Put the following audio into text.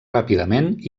ràpidament